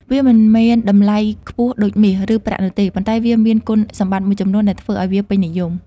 វាមិនមានតម្លៃខ្ពស់ដូចមាស ឬប្រាក់នោះទេ ប៉ុន្តែវាមានគុណសម្បត្តិមួយចំនួនដែលធ្វើឲ្យវាពេញនិយម។